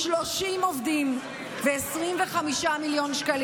83 מיליון שקל